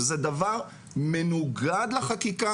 שזה דבר מנוגד לחקיקה,